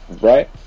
Right